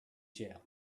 jail